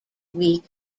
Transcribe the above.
week